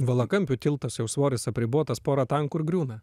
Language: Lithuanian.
valakampių tiltas jau svoris apribotas pora tankų ir griūna